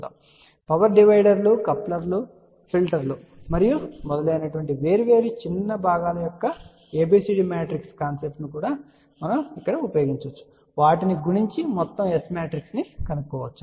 ఉదాహరణకు పవర్ డివైడర్లు కప్లర్లు ఫిల్టర్లు మరియు మొదలైనవి మరియు వేర్వేరు చిన్న భాగాల యొక్క ABCD మ్యాట్రిక్స్ కాన్సెప్ట్ ను మనం ఇక్కడ ఉపయోగించబోతున్నాం వాటిని గుణించి మొత్తం S మ్యాట్రిక్స్ ను కనుక్కుంటాము